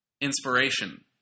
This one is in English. inspiration